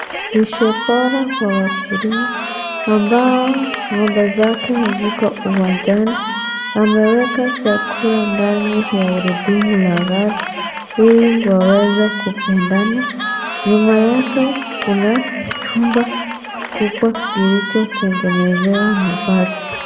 Lishe bora kwa wakulima ambao ngombe zake ziko uwanjani ameweka chakula ndani ya gurudumu la gari ili waweze kupendana. Nyuma yake kuna chumba kubwa kulichotengenezewa mabati.